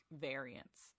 variants